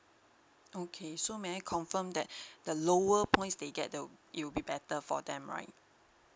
okay so may I confirm that the lower points they get the it will be better for them right